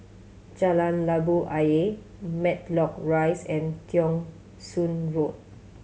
Jalan Labu Ayer Matlock Rise and Thong Soon Road